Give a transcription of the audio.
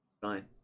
Fine